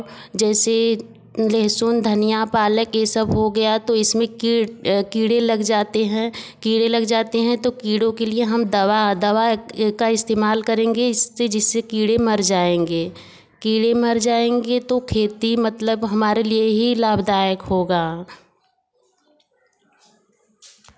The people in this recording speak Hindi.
जैसे लहसुन धनिया पालक यह सब हो गया तो इसमें की कीड़े लग जाते हैं कीड़े लग जाते हैं तो कीड़ों के लिए हम दवा दवा का इस्तेमाल करेंगे इससे जिससे कीड़े मर जाएँगे कीड़े मर जाएँगे तो खेती मतलब हमारे लिए ही लाभदायक होगा